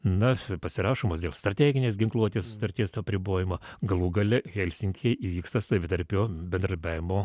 na pasirašomos dėl strateginės ginkluotės sutarties apribojimą galų gale helsinkyje įvyksta savitarpio bendradarbiavimo